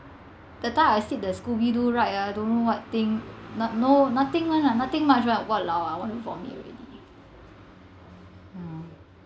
that time I sit the Scooby Doo ride ah don't know what thing not no nothing one lah nothing much what !walao! I want to vomit already ya